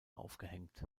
aufgehängt